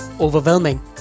overwhelming